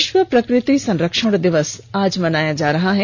विश्व प्रकृति संरक्षण दिवस आज मनाया जा रहा है